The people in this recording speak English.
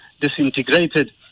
disintegrated